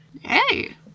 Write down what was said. Hey